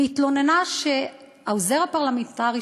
והתלוננה שהעוזר הפרלמנטרי